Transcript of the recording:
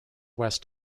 west